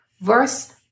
verse